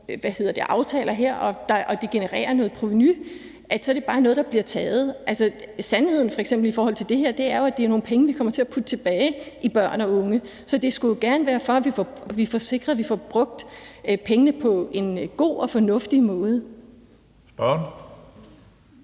og laver nogle aftaler her og de genererer noget provenu, så er det bare noget, der bliver taget. Sandheden om det her er jo, at det er nogle penge, vi kommer til at putte tilbage i børn- og ungeområdet. Så det skulle jo gerne være, for at vi får sikret, at vi får brugt pengene på en god og fornuftig måde.